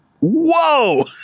Whoa